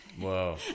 Whoa